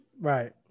Right